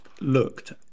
looked